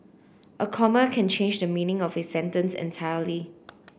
a comma can change the meaning of a sentence entirely